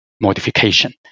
modification